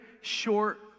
short